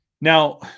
Now